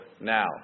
now